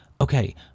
okay